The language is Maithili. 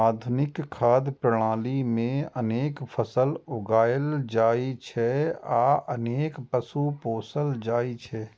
आधुनिक खाद्य प्रणाली मे अनेक फसल उगायल जाइ छै आ अनेक पशु पोसल जाइ छै